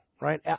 right